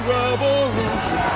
revolution